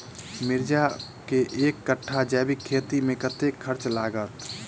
मिर्चा केँ एक कट्ठा जैविक खेती मे कतेक खर्च लागत?